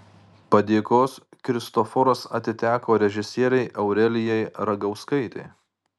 padėkos kristoforas atiteko režisierei aurelijai ragauskaitei